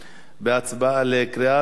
הצבעה בקריאה שנייה.